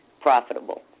profitable